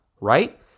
right